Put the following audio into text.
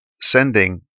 sending